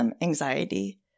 Anxiety